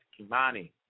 Kimani